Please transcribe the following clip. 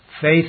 Faith